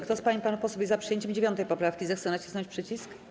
Kto z pań i panów posłów jest za przyjęciem 9. poprawki, zechce nacisnąć przycisk.